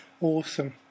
awesome